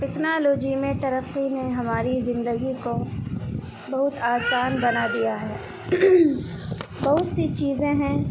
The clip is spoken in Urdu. ٹیکنالوجی میں ترقی نے ہماری زندگی کو بہت آسان بنا دیا ہے بہت سی چیزیں ہیں